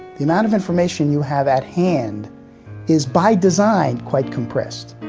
the amount of information you have at hand is, by design, quite compressed.